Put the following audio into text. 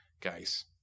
guys